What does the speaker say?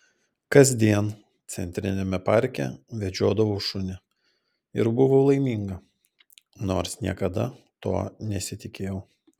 kasdien centriniame parke vedžiodavau šunį ir buvau laiminga nors niekada to nesitikėjau